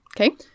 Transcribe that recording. Okay